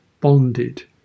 bonded